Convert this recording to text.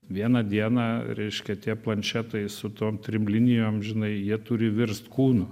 vieną dieną reiškia tie planšetai su tom trim linijom žinai jie turi virst kūnu